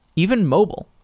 even mobile.